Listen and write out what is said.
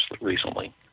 recently